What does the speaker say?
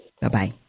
Bye-bye